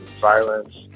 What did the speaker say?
violence